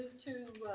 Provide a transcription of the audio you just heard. to.